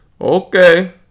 Okay